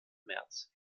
märz